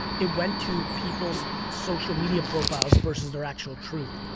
it went to people's social media profiles versus their actual truth.